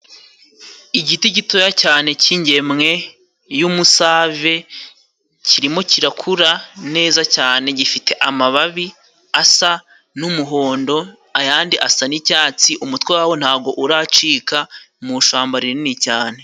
Igiti gitoya cyane cy'ingemwe y'umusave kirimo kirakura neza cyane. Gifite amababi asa n'umuhondo ayandi asa n'icyatsi, umutwe wawo ntago uracika, mu shyamba rinini cyane.